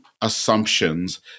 assumptions